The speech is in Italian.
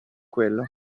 quello